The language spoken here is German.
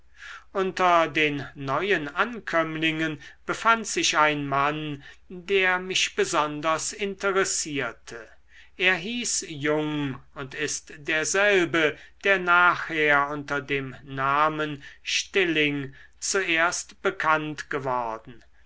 unter den neuen ankömmlingen befand sich ein mann der mich besonders interessierte er hieß jung und ist derselbe der nachher unter dem namen stilling zuerst bekannt geworden